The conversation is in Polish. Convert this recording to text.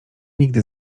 nigdy